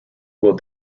will